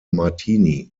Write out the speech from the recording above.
martini